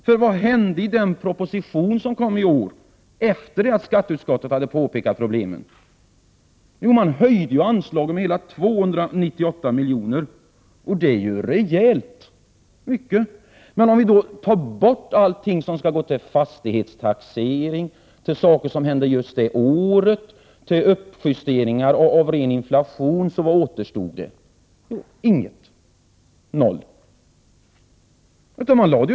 För vad hände i den proposition som kom i år, efter det att skatteutskottet hade påtalat problemen? Jo, man höjde anslaget med hela 298 milj.kr. Det låter ju rejält, men om man tar bort allt som skall gå till fastighetstaxering, till saker som skall ske just det året och uppjustering med hänsyn till ren inflation, vad återstod? Ingenting, noll.